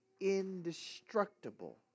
indestructible